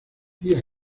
día